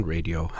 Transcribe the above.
Radio